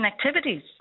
activities